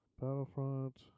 Battlefront